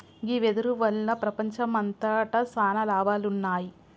గీ వెదురు వల్ల ప్రపంచంమంతట సాన లాభాలున్నాయి